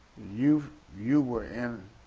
you you were in